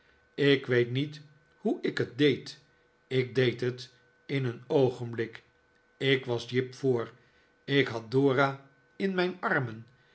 ik weet niet hoe ik het deed ik deed het in een oogenblik ik was jip voor ik had dora in mijn armen